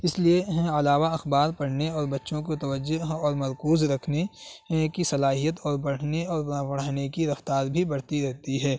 اس لیے علاوہ اخبار پڑھنے اور بچوں کو توجہ اور مرکوز رکھنے کی صلاحیت اور بڑھنے اور بڑھانے کی رفتار بھی بڑھتی رہتی ہے